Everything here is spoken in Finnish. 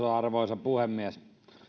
arvoisa puhemies